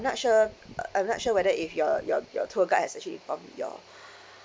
not sure uh I'm not sure whether if your your your tour guide has actually informed you all